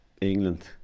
England